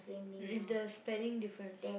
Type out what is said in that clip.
it's the spelling difference